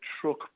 truck